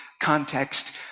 context